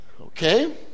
Okay